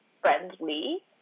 friendly